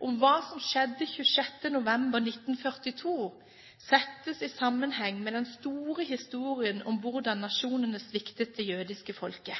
om hva som skjedde 26. november 1942, settes i sammenheng med den store historien om hvordan nasjonene sviktet det jødiske folket.